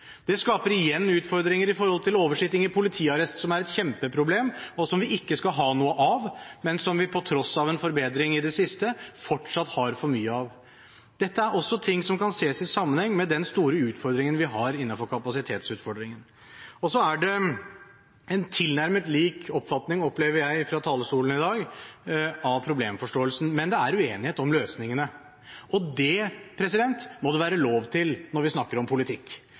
Det skaper igjen utfordringer i forhold til oversitting i politiarrest, som er et kjempeproblem, og som vi ikke skal ha noe av, men som vi på tross av en forbedring i det siste fortsatt har for mye av. Dette er også ting som kan ses i sammenheng med de store kapasitetsutfordringene vi har. Så er det en tilnærmet lik oppfatning – opplever jeg – fra talerstolen i dag av problemforståelsen, men det er uenighet om løsningene, og det må det være lov til når vi snakker om politikk.